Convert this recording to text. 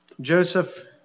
Joseph